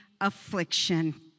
affliction